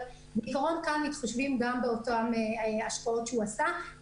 אבל בעיקרון כאן מתחשבים גם באותן השקעות שהוא עשה.